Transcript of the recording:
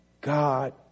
God